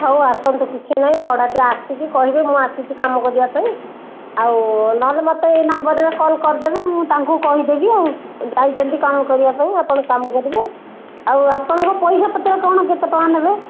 ହଉ ଆସନ୍ତୁ କିଛି ନାହିଁ ଭଡ଼ାଟିଆ ଆସିକି କହିବେ ମୁଁ ଆସିଛି କାମ କରିବା ପାଇଁ ଆଉ ନହେଲେ ମୋତେ ଏହି ନମ୍ବର୍ରେ କଲ୍ କରିଦେବେ ମୁଁ ତାଙ୍କୁ କହିଦେବି ଆଉ ଯାଇଛନ୍ତି କାମ କରିବା ପାଇଁ ଆପଣ କାମ କରିବେ ଆଉ ଆପଣଙ୍କ ପଇସା ପତ୍ର କ'ଣ କେତେ ଟଙ୍କା ନେବେ